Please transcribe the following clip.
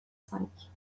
cinq